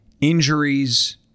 injuries